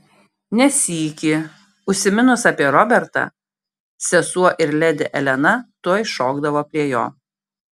ne sykį užsiminus apie robertą sesuo ir ledi elena tuoj šokdavo prie jo